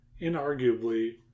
inarguably